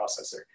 processor